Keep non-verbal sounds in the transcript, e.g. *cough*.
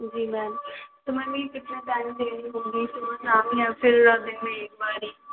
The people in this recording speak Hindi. जी मैम तो मैम ये कितने *unintelligible* की गुम गई तो मैं चारों या फिर दिन में एक बार एक ही